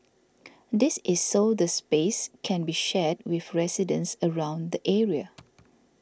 this is so the space can be shared with residents around the area